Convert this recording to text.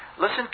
Listen